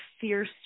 fierce